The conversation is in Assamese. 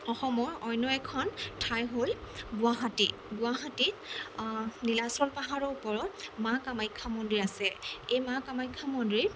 অসমৰ অন্য এখন ঠাই হ'ল গুৱাহাটী গুৱাহাটী নীলাচল পাহাৰৰ ওপৰত মা কামাখ্যা মন্দিৰ আছে এই মা কামাখ্যা মন্দিৰ